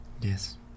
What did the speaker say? Yes